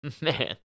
Man